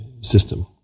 system